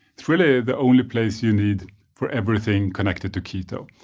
it's really the only place you need for everything connected to keto.